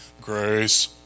Grace